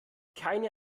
keine